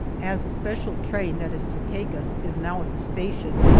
as the special train that is to take us is now at the station,